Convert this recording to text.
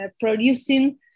producing